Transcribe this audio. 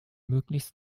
möglichst